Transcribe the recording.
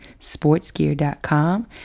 sportsgear.com